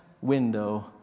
Window